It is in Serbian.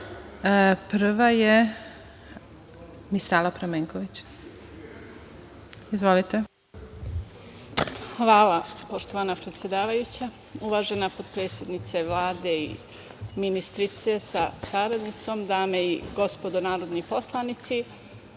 **Misala Pramenković** Hvala, poštovana predsedavajuća. Uvažena potpredsednice Vlade i ministrice sa saradnicom, dame i gospodo narodni poslanici,